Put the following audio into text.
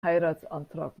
heiratsantrag